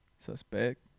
suspect